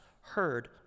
heard